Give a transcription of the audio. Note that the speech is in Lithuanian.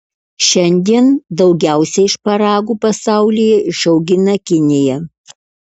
šiandien daugiausiai šparagų pasaulyje išaugina kinija